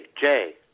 Jay